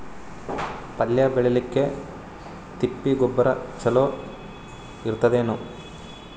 ಪಲ್ಯ ಬೇಳಿಲಿಕ್ಕೆ ತಿಪ್ಪಿ ಗೊಬ್ಬರ ಚಲೋ ಇರತದೇನು?